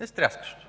е стряскащо.